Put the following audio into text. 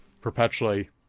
perpetually